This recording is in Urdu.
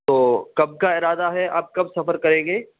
تو کب کا ارادہ ہے آپ کب سفر کریں گے